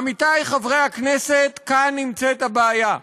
עמיתי חברי הכנסת, כאן נמצאת הבעיה.